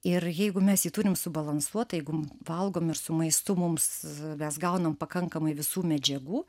ir jeigu mes jį turim subalansuotą jeigu valgom ir su maistu mums mes gaunam pakankamai visų medžiagų